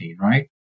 right